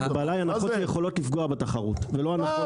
ההגבלה היא הנחות שיכולות לפגוע בתחרות ולא על המחיר.